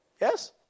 Yes